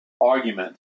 argument